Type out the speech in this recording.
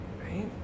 Right